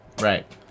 right